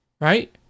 right